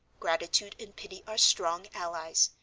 gratitude and pity are strong allies,